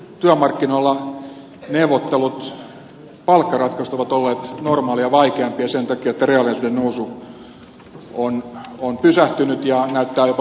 työmarkkinoilla neuvottelut ja palkkaratkaisut ovat olleet normaalia vaikeampia sen takia että reaaliansioiden nousu on pysähtynyt ja kehitys näyttää jopa miinusmerkkiseltä